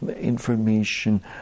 information